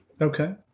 Okay